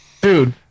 Dude